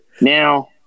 Now